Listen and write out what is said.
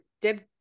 Deb